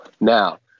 Now